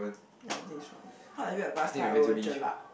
ya I think it's ramen cause if I get pasta I will jelat